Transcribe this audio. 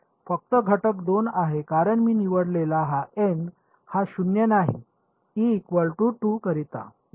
फक्त घटक 2 आहे कारण मी निवडलेला हा एन हा शून्य नाही ई 2 करिता बरोबर आहे